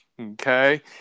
Okay